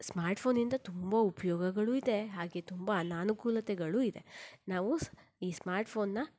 smart ಫೋನಿಂದ ತುಂಬ ಉಪಯೋಗಗಳು ಇದೆ ಹಾಗೆಯೇ ತುಂಬ ಅನನುಕೂಲತೆಗಳು ಇದೆ ನಾವು ಈ ಸ್ಮಾರ್ಟ್ ಫೋನನ್ನು